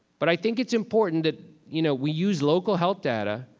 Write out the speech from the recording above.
but i think it's important that, you know, we use local health data,